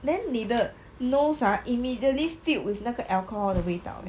then 你的 nose ah immediately filled with 那个 alcohol 的味道 leh